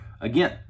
again